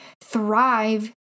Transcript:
thrive